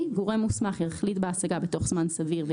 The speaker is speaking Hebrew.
גורם מוסמך יחליט בהשגה בתוך זמן סביר,